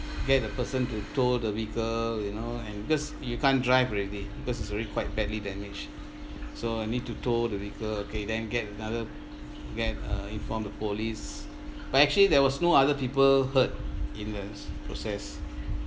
get a person to tow the vehicle you know and because you can't drive already because it's already quite badly damaged so you need to tow the vehicle okay then get another get uh inform the police but actually there was no other people hurt in the process